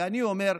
ואני אומר: